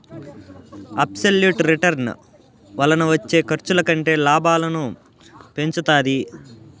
absolute return వలన వచ్చే ఖర్చుల కంటే లాభాలను పెంచుతాది